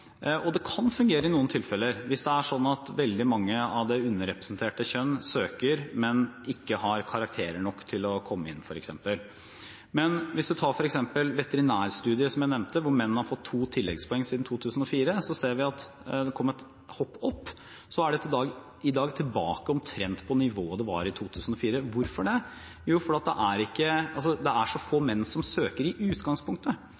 i noen tilfeller: hvis det er slik at veldig mange av det underrepresenterte kjønn søker, men ikke har karakterer som er gode nok til å komme inn, f.eks. Men hvis en tar f.eks. veterinærstudiet, som jeg nevnte, hvor menn har fått to tilleggspoeng siden 2004, ser vi at det kom et hopp opp, men så er det i dag tilbake omtrent på det nivået det var i 2004. Hvorfor? Jo, fordi det er så få menn som søker i utgangspunktet, at disse kjønnspoengene ikke